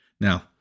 Now